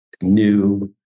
new